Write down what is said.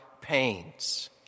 pains